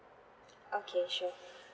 okay sure